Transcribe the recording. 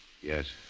Yes